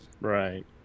Right